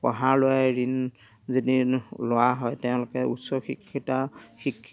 পঢ়া ল'ৰাই ঋণ যদি লোৱা হয় তেওঁলোকে উচ্চ শিক্ষিতা শিক